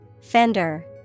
Fender